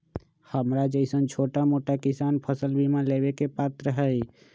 हमरा जैईसन छोटा मोटा किसान फसल बीमा लेबे के पात्र हई?